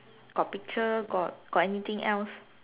got picture got got anything else